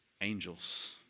angels